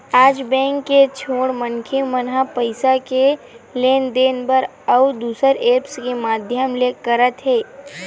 आज बेंक के छोड़ मनखे मन ह पइसा के लेन देन बर अउ दुसर ऐप्स के माधियम मन ले करत हे